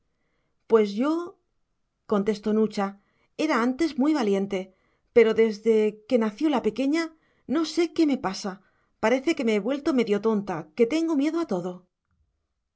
los hay pues yo contestó nucha era antes muy valiente pero desde que nació la pequeña no sé qué me pasa parece que me he vuelto medio tonta que tengo miedo a todo